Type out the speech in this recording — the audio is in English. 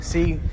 See